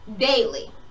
daily